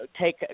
take